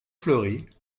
fleury